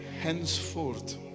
henceforth